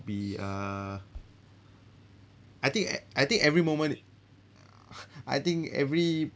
be uh I think I think every moment I think every